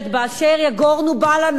אשר יגורנו בא לנו.